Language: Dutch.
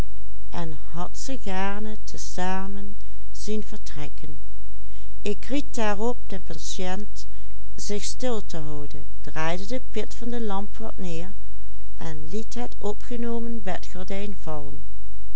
zich stil te houden draaide de pit van de lamp wat neer en liet het opgenomen bedgordijn vallen